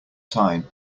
time